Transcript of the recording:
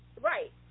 Right